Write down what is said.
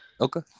Okay